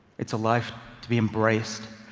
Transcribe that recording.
it's a life to be embraced,